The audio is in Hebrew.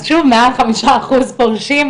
מעל חמישה אחוז פורשים,